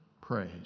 praise